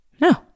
No